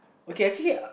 okay actually